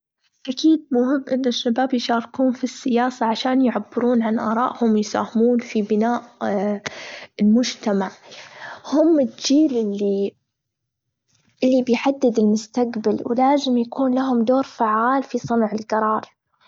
أكيد مهم أن الشباب يشاركون في السياسة عشان يعبرون عن أرائهم ويساهمون في بناء المجتمع هم الجيل اللي-اللي بيحدد المستجبل ولازم يكون لهم دور فعال في صنع القرار.